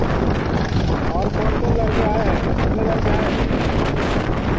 और कौन कौन लड़के आए हैं कितने लड़के आए हैं टोटल